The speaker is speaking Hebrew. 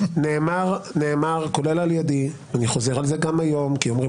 נאמר כולל על ידי ואני חוזר על זה גם היום כי אומרים